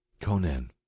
Conan